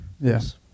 yes